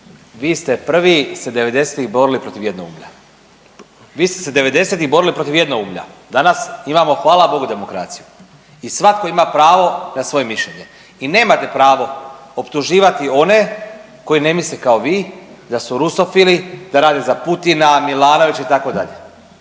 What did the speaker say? vi ste prvi se 90-ih borili protiv jednoumlja. Vi ste se 90-ih borili protiv jednoumlja, danas imamo, hvala Bogu, demokraciju i svatko ima pravo na svoje mišljenje i nemate pravo optuživati one koji ne misle kao vi da su rusofili, da rade za Putina, Milanovića, itd.